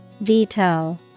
Veto